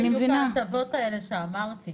אלו בדיוק ההטבות האלו שאמרתי,